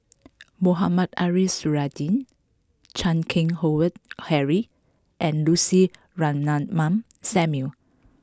Mohamed Ariff Suradi Chan Keng Howe Harry and Lucy Ratnammah Samuel